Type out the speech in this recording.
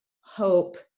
hope